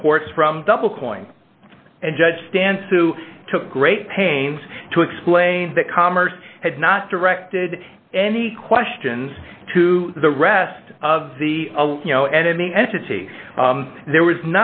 imports from double point and judge stance who took great pains to explain that commerce had not directed any questions to the rest of the entity there was